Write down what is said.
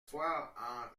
soir